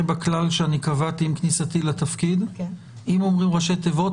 בכלל שאני קבעתי עם כניסתי לתפקיד: אם אומרים ראשי תיבות,